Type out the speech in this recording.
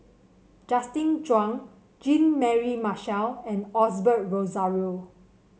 Justin Zhuang Jean Mary Marshall and Osbert Rozario